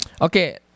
okay